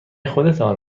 خودتان